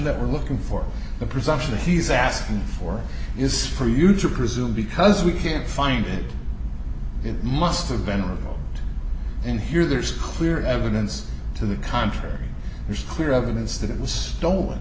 that we're looking for the presumption of he's asking for is for you to presume because we can't find it it must the venerable and here there's clear evidence to the contrary there's clear evidence that it was stolen